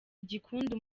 igikundi